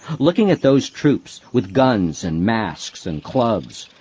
looking at those troops, with guns, and masks and clubs,